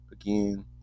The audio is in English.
Again